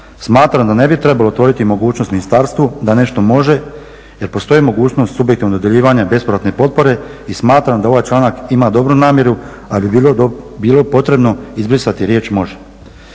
Smatram da ne bi trebalo otvoriti mogućnost ministarstvu da nešto može, jer postoji mogućnost subjektivnog dodjeljivanja bespovratne potpore i smatram da ovaj članak ima dobru namjeru ali bi bilo potrebno izbrisati riječ može.